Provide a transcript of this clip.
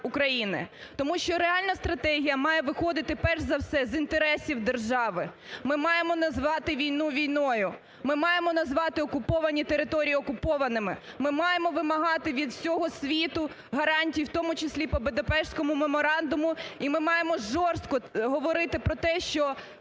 Тому що реальна стратегія має виходити перш за все з інтересів держави. Ми маємо назвати війну війною. Ми маємо назвати окуповані території окупованими. Ми маємо вимагати від всього світу гарантій, в тому числі по Будапештському меморандуму, і ми маємо жорство говорити про те, що